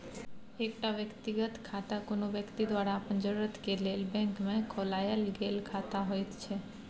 एकटा व्यक्तिगत खाता कुनु व्यक्ति द्वारा अपन जरूरत के लेल बैंक में खोलायल गेल खाता होइत छै